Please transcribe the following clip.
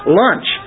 lunch